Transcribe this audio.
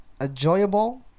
enjoyable